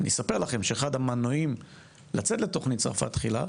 אני אספר לכם שאחד המנועים לצאת לתוכנית "צרפת תחילה"